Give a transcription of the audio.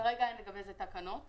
כרגע אין לגבי זה תקנות,